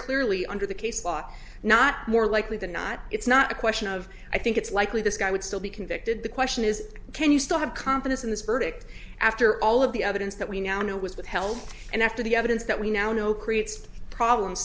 clearly under the case ought not more likely than not it's not a question of i think it's likely this guy would still be convicted the question is can you still have confidence in this verdict after all of the other things that we now know was withheld and after the evidence that we now know creates problems